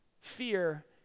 fear